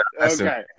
okay